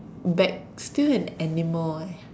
bag still an animal eh